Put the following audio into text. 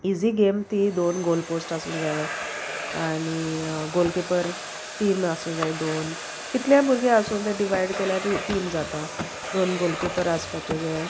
easy game ती दोन goal post आसूं जाय आनी गोलकिपर टीम आसूं जाय दोन कितल्या भुरगें आसूं तें डिवायड केल्यार ती टीम जाता दोन गोलकिपर आसपाचें जाय